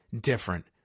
different